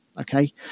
okay